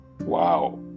Wow